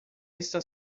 está